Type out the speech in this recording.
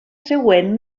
següent